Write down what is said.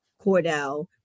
Cordell